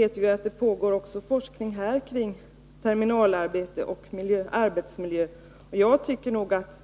Men det pågår forskning även här kring terminalarbete och arbetsmiljö. Jag tycker att